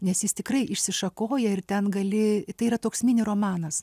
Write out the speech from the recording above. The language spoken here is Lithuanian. nes jis tikrai išsišakoja ir ten gali tai yra toks mini romanas